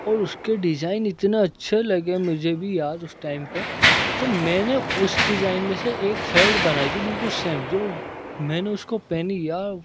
اور اس کے ڈیزائن اتنے اچھے لگے مجھے بھی یار اس ٹیم پہ تو میں نے اس ڈیزائن میں سے ایک شٹ بنائی تھی بالکل سیم جو میں نے اس کو پہنی یار